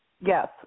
Yes